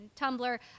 Tumblr